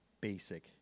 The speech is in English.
basic